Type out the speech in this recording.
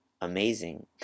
amazing